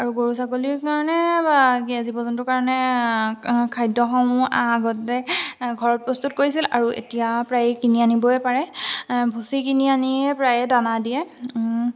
আৰু গৰু ছাগলীৰ কাৰণে বা কি জীৱ জন্তুৰ কাৰণে খাদ্যসমূহ আগতে ঘৰত প্ৰস্তুত কৰিছিল আৰু এতিয়া প্ৰায় কিনি আনিবই পাৰে ভুচি কিনি আনিয়ে প্ৰায়ে দানা দিয়ে